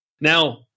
Now